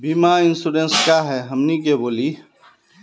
बीमा इंश्योरेंस का है हमनी के बोली?